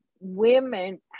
women